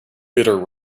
bitter